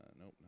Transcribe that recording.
nope